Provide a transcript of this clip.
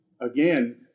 again